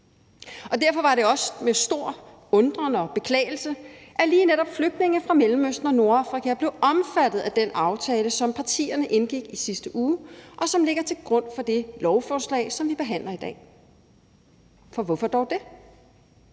i. Derfor var det også med stor undren og beklagelse, at lige netop flygtninge fra Mellemøsten og Nordafrika blev omfattet af den aftale, som partierne indgik i sidste uge, og som ligger til grund for det lovforslag, som vi behandler i dag. For hvorfor dog det?